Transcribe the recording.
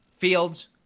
fields